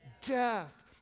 death